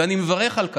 ואני מברך על כך,